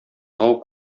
тау